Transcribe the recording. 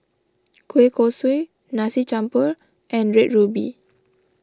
Kueh Kosui Nasi Campur and Red Ruby